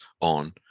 on